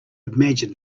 imagined